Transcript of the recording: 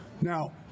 Now